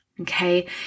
Okay